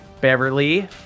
Beverly